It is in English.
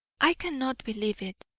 i cannot, believe it.